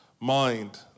mind